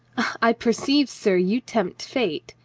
i perceive, sir, you tempt fate.